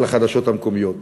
לחדשות המקומיות.